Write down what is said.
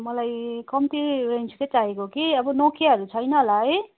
मलाई कम्ती रेन्जकै चाहिएको कि अब नोकियाहरू छैन होला है